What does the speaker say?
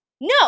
No